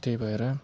त्यही भएर